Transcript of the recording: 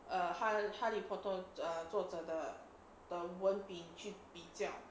err 哈哈利波特作者的的文笔去比较